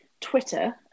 twitter